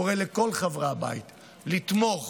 קורא לכל חברי הבית לתמוך